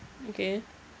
okay